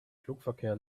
flugverkehr